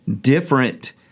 different